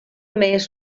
més